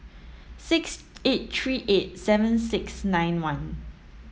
six eight three eight seven six nine one